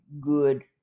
Good